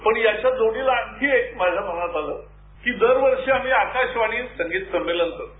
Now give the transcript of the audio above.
पान याच्या जोडीला आणखी एक माझ्या मनात आलं की दरवर्षी आपण आकाशवाणी संगीत संमेलन करतो